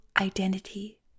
identity